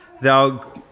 thou